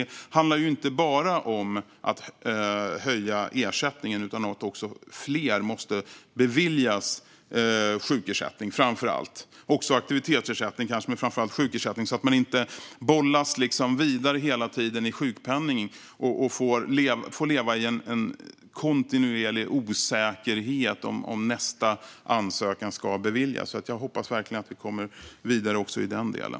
Det handlar inte bara om att höja ersättningen utan också om att fler måste beviljas framför allt sjukersättning men också aktivitetsersättning, så att man inte behöver leva i en kontinuerlig osäkerhet om nästa ansökan ska beviljas. Jag hoppas verkligen att vi kommer vidare också i den delen.